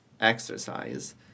exercise